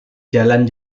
jalan